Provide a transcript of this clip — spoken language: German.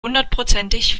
hundertprozentig